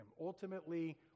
Ultimately